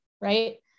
right